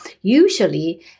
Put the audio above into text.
usually